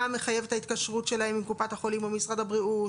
מחייבת ההתקשרות שלהם עם קופת החולים או משרד הבריאות.